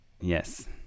Yes